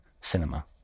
Cinema